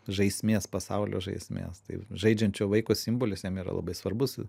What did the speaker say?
žaismės pasaulio žaismės taip žaidžiančio vaiko simbolius jam yra labai svarbus